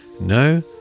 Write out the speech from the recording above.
no